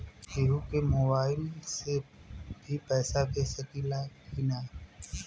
केहू के मोवाईल से भी पैसा भेज सकीला की ना?